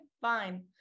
fine